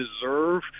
deserve